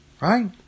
Right